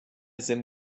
sim